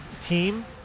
team